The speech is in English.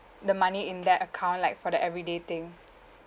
the money in that account like for their everyday thing